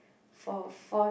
for four